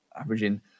averaging